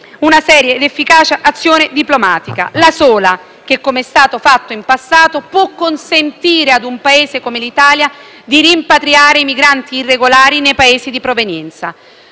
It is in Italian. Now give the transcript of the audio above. una seria ed efficace azione diplomatica, la sola che, come è stato fatto in passato, può consentire ad un Paese come l'Italia di rimpatriare i migranti irregolari nei Paesi di provenienza.